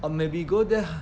or maybe go there